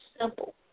simple